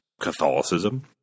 catholicism